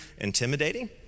intimidating